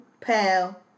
pal